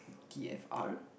t_f_r